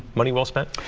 money well spent?